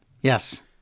yes